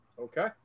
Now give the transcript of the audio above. Okay